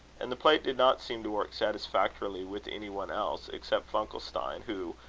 and the plate did not seem to work satisfactorily with any one else, except funkelstein, who,